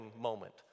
moment